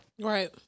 Right